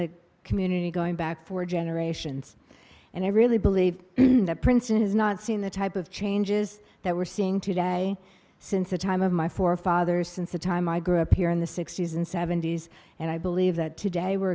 a community going back for generations and i really believe that princeton has not seen the type of changes that we're seeing today since the time of my forefathers since the time i grew up here in the sixty's and seventy's and i believe that today we're